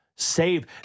save